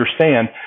understand